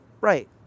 Right